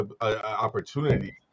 opportunity